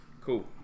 Cool